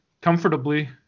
comfortably